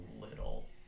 little